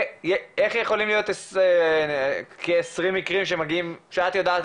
איך יכולים להיות כ-20 מקרים שאת יודעת